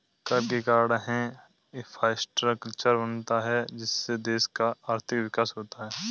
कर के कारण है इंफ्रास्ट्रक्चर बनता है जिससे देश का आर्थिक विकास होता है